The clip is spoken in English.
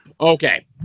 Okay